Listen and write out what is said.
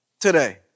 today